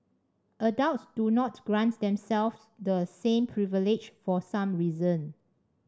adults do not grant themselves the same privilege for some reason